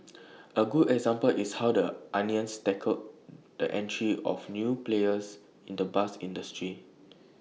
A good example is how the onions tackled the entry of new players in the bus industry